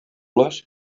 les